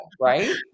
right